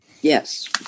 Yes